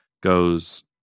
goes